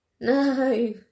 No